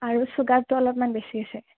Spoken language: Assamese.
আৰু চুগাৰটো অলপমান বেছি আছে